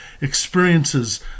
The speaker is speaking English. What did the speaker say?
experiences